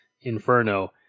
Inferno